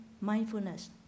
mindfulness